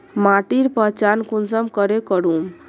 माटिर पहचान कुंसम करे करूम?